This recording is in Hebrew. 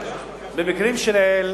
במקרים שלעיל